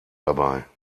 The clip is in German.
dabei